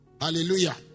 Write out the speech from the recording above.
Hallelujah